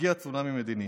יגיע צונמי מדיני.